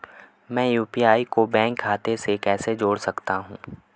मैं यू.पी.आई को बैंक खाते से कैसे जोड़ सकता हूँ?